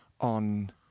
on